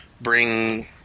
bring